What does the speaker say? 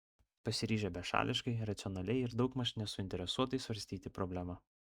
pasiryžę bešališkai racionaliai ir daugmaž nesuinteresuotai svarstyti problemą